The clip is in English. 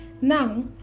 Now